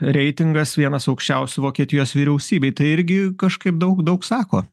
reitingas vienas aukščiausių vokietijos vyriausybėj tai irgi kažkaip daug daug sako